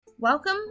Welcome